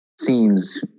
seems